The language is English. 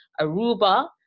Aruba